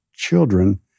children